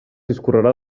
discorrerà